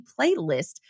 playlist